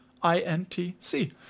INTC